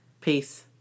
Peace